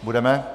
Budeme?